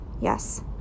Yes